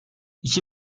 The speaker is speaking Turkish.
i̇ki